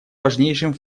важнейшим